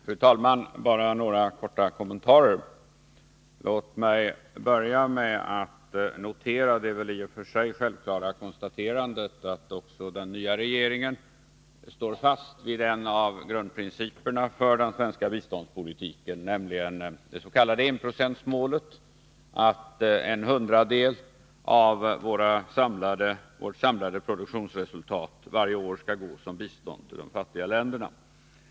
Fru talman! Bara några korta kommentarer. Låt mig börja med att notera det väl i och för sig självklara konstaterandet att också den nya regeringen står fast vid en av grundprinciperna för den svenska biståndspolitiken, nämligen det s.k. enprocentsmålet, dvs. att en hundradel av vårt samlade produktionsresultat varje år skall gå som bistånd till de fattiga länderna.